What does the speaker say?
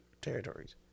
territories